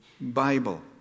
Bible